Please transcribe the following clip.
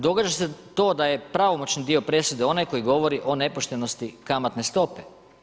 Događa se to da je pravomoćni dio presude onaj koji govori o nepoštenosti kamatne stope.